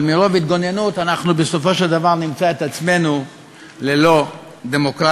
אבל מרוב התגוננות אנחנו בסופו של דבר נמצא את עצמנו ללא דמוקרטיה,